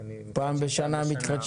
צריך לחכות לסיום תקופת המכרז או שזה מתחיל?